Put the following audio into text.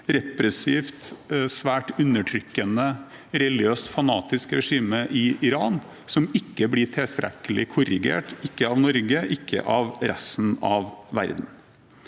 repressivt, svært undertrykkende, religiøst fanatisk regime i Iran som ikke blir tilstrekkelig korrigert – ikke av Norge, ikke av resten av verden.